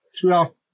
throughout